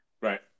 Right